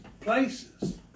places